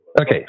Okay